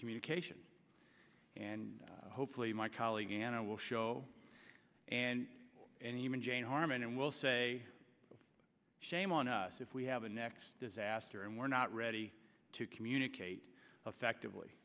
communication and hopefully my colleague and i will show and and even jane harman and will say shame on us if we have a next disaster and we're not ready to communicate effectively